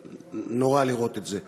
נורא לראות את זה,